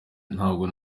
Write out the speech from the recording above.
ntabwo